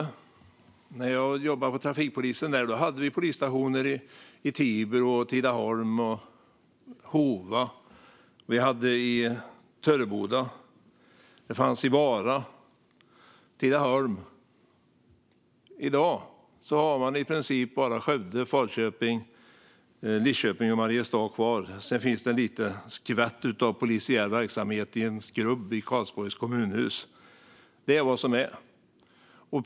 När jag jobbade på trafikpolisen där hade vi polisstationer i Tibro, Tidaholm, Hova, Töreboda och Vara. I dag är det i princip bara Skövde, Falköping, Lidköping och Mariestad kvar. Sedan finns det en liten skvätt av polisiär verksamhet i en skrubb i Karlsborgs kommunhus. Det är vad som finns.